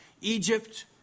Egypt